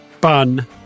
bun